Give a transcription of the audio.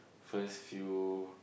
first few